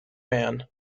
man